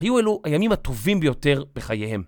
היו אלו הימים הטובים ביותר בחייהם.